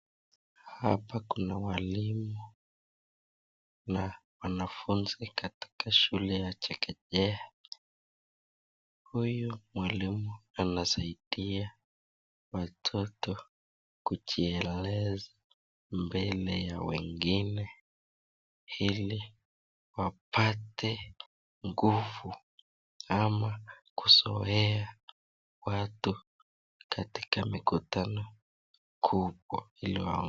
Hapa kuna walimu na wanafunzi katika shule ya chekechea, huyu mwalimu anasaidia watoto kujieleza mbele ya wengine, ili wapate, nguvu ama kuzoea watu katika mkutano kubwa ili.